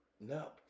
No